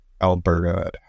Alberta